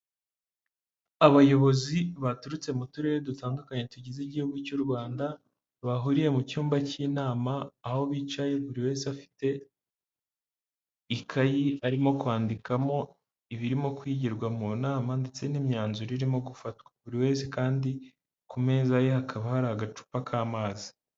Abayobozi baturutse mu turere dutandukanye tugize igihugu cy'u Rwanda, bahuriye mu cyumba cy'inama, aho bicaye buri wese afite ikayi arimo kwandikamo ibirimo kwigirwa mu nama ndetse n'imyanzuro irimo gufatwa. Buri wese kandi ku meza ye hakaba hari agacupa k'amazi.